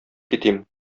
китим